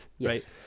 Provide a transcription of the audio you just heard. right